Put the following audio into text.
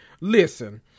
Listen